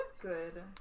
Good